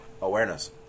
awareness